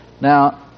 Now